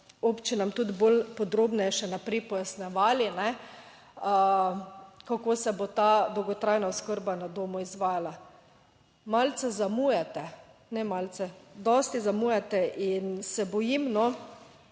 občinam tudi bolj podrobneje še naprej pojasnjevali, kako se bo ta dolgotrajna oskrba na domu izvajala. Malce zamujate. Ne malce, dosti zamujate in se bojim, da